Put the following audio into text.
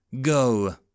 Go